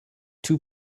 two